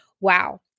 Wow